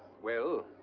well,